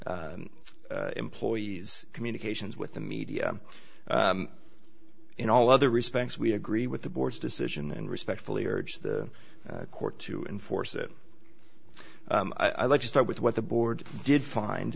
employees communications with the media in all other respects we agree with the board's decision and respectfully urge the court to enforce it i'd like to start with what the board did find